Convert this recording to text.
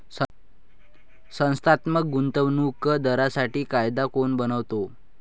संस्थात्मक गुंतवणूक दारांसाठी कायदा कोण बनवतो?